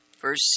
Verse